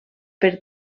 per